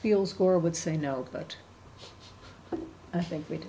feel score would say no but i think we